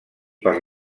per